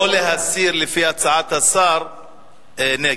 או להסיר, לפי הצעת השר, נגד.